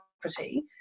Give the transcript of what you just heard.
property